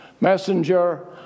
messenger